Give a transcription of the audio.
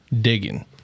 digging